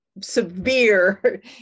severe